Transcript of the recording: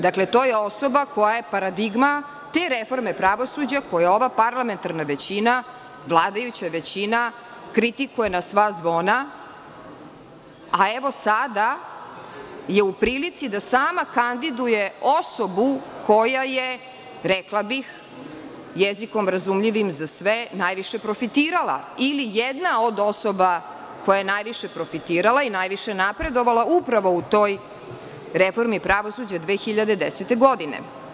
Dakle, to je osoba koja je paradigma te reforme pravosuđa koju ova parlamentarna većina, vladajuća većina kritikuje na sva zvona, a evo sada je u prilici da sama kandiduje osobu koja je, rekla bih jezikom razumljivim za sve, najviše profitirala ili jedna od osoba koja je najviše profitirala i najviše napredovala upravo u toj reformi pravosuđa 2010. godine.